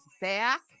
back